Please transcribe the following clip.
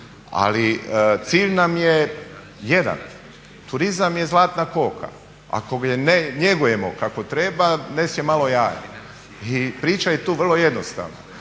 Ali cilj nam je jedan – turizam je zlatna koka. Ako je ne njegujemo kao treba nest će malo jaja. I priča je tu vrlo jednostavna.